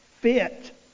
fit